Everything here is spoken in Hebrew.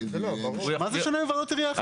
במה זה שונה מוועדות עירייה אחרות?